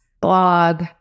blog